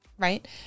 Right